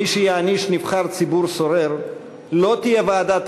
מי שיעניש נבחר ציבור סורר לא יהיה ועדת